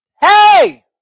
hey